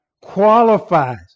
qualifies